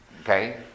Okay